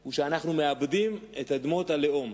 הוא שאנחנו מאבדים את אדמות הלאום.